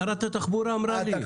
שרת התחבורה אמרה לי.